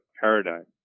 paradigm